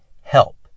Help